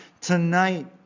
tonight